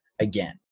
again